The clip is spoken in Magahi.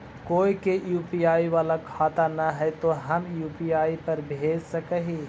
कोय के यु.पी.आई बाला खाता न है तो हम यु.पी.आई पर भेज सक ही?